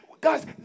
guys